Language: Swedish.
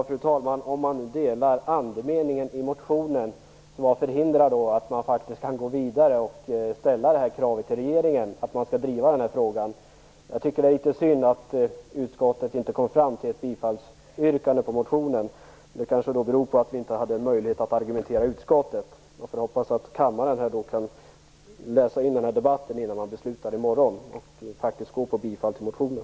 Fru talman! Om man nu delar andemeningen i motionen, vad är det då som förhindrar att man går vidare och ställer krav på regeringen att den skall driva den här frågan? Jag tycker att det är litet synd att utskottet inte kom fram till ett bifallsyrkande när det gäller motionen. Dt beror kanske på att vi inte hade någon möjlighet att argumentera i utskottet. Jag får hoppas att kammaren tar den del av den här debatten innan man fattar beslut i morgon och bifaller motionen.